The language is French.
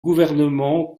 gouvernement